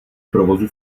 provozu